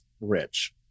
rich